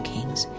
Kings